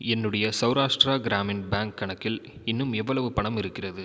என்னுடைய சௌராஷ்டிரா கிராமின் பேங்க் கணக்கில் இன்னும் எவ்வளவு பணம் இருக்கிறது